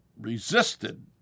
resisted